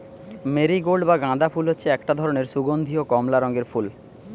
marigold বা গাঁদা ফুল হচ্ছে একটা ধরণের সুগন্ধীয় কমলা রঙের ফুল